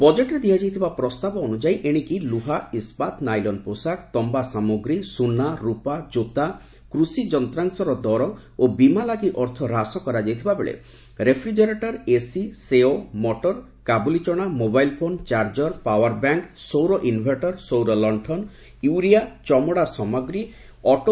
ବଜେଟ୍ରେ ଦିଆଯାଇଥିବା ପ୍ରସ୍ତାବ ଅନୁଯାୟୀ ଏଶିକି ଲୁହା ଇସ୍କାତ ନାଇଲନ୍ ପୋଷାକ ତମ୍ବା ସାମଗ୍ରୀ ସୁନା ରୁପା ଜୋତା କୃଷି ଯନ୍ତ୍ରାଂଶର ଦର ଓ ବୀମା ଲାଗି ଅର୍ଥ ହାସ କରାଯାଇଥିବା ବେଳେ ରେଫ୍ରିଜରେଟର ଏସି ସେଓ ମଟର କାବୁଲି ଚଣା ମୋବାଇଲ୍ ଫୋନ୍ ଚାର୍କର ପାଓ୍ୱାରବ୍ୟାଙ୍କ ସୌର ଇନଭର୍ଟର ସୌର ଲକ୍ଷନ ୟୁରିଆ ଚମଡ଼ା ସାମଗ୍ରୀ ଅଟେ